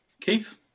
Keith